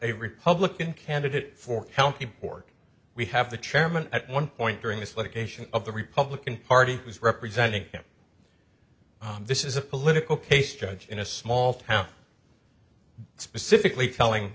a republican candidate for county board we have the chairman at one point during this litigation of the republican party who's representing him this is a political case judge in a small town specifically telling